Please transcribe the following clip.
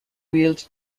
wheeled